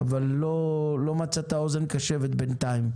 אבל לא מצאת אוזן קשבת בינתיים.